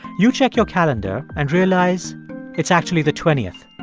you check your calendar and realize it's actually the twenty.